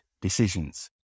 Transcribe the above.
decisions